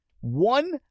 one